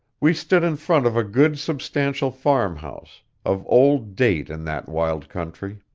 we stood in front of a good substantial farmhouse, of old date in that wild country.